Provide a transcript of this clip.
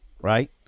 right